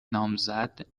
نامزد